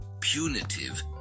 punitive